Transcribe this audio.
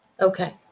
Okay